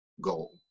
goal